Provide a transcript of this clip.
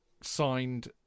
signed